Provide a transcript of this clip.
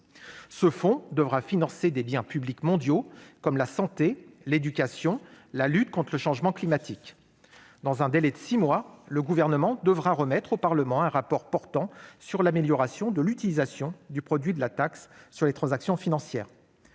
Ce fonds devra financer des biens publics mondiaux, comme la santé, l'éducation et la lutte contre le changement climatique. Dans un délai de six mois, le Gouvernement devra remettre au Parlement un rapport portant sur l'amélioration de l'utilisation du produit de la taxe sur les transactions financières.